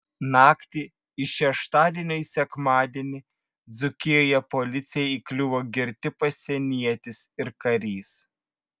naktį iš šeštadienio į sekmadienį dzūkijoje policijai įkliuvo girti pasienietis ir karys